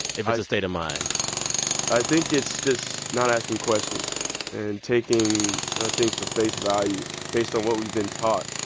if it's a state of mind i think it's just not asking questions and taking things for face value based on what we've been taught,